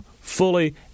fully